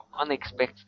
unexpected